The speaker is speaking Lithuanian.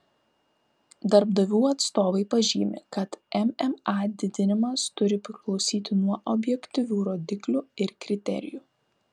darbdavių atstovai pažymi kad mma didinimas turi priklausyti nuo objektyvių rodiklių ir kriterijų